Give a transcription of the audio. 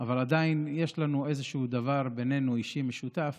אבל עדיין יש לנו בינינו איזשהו דבר אישי משותף